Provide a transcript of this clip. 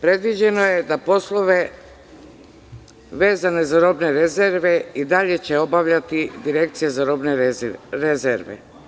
Predviđeno je da poslove vezane za robne rezerve i dalje će obavljati Direkcija za robne rezerve.